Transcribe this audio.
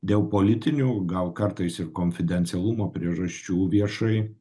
dėl politinių gal kartais ir konfidencialumo priežasčių viešai